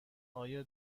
آیا